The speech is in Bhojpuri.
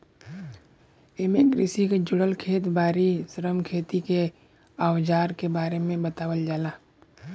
एमे कृषि के जुड़ल खेत बारी, श्रम, खेती के अवजार के बारे में बतावल जाला